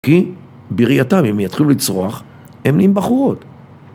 כי בראייתם, אם יתחילו לצרוח, הם נהיים בחורות.